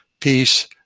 peace